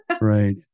Right